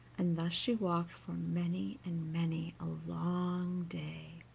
and thus she walked for many and many a long day,